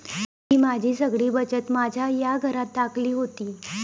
मी माझी सगळी बचत माझ्या या घरात टाकली होती